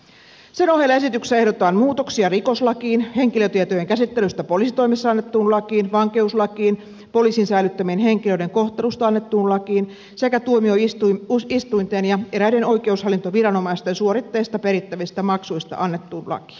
sen ohella esityksessä ehdotetaan muutoksia rikoslakiin henkilötietojen käsittelystä poliisitoimessa annettuun lakiin vankeuslakiin poliisin säilyttämien henkilöiden kohtelusta annettuun lakiin sekä tuomioistuinten ja eräiden oikeushallintoviranomaisten suoritteista perittävistä maksuista annettuun lakiin